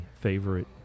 favorite